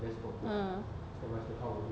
ah